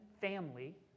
family